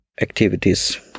activities